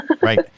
right